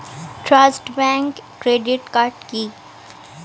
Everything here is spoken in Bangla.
ট্রাস্ট ব্যাংক ক্রেডিট কার্ড কি?